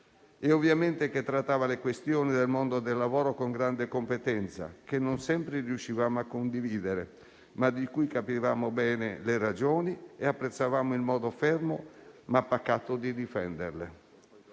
ovviamente trattava le questioni del mondo del lavoro con grande competenza, che non sempre riuscivamo a condividere, ma di cui capivamo bene le ragioni e apprezzavamo il modo fermo ma pacato di difenderle.